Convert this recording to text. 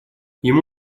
ему